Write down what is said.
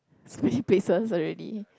so many places already